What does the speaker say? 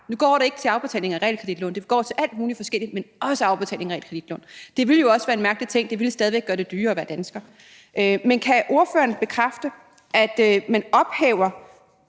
nu går pengene ikke kun til afbetaling af realkreditlånet – de går til alt muligt forskelligt, men også til afbetaling af realkreditlånet. Det ville jo også være en mærkelig ting, og det ville stadig væk gøre det dyrere at være dansker. Men kan ordføreren bekræfte, at man ophæver